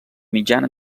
mitjana